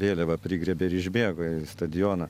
vėliavą prigriebė ir išbėgo į stadioną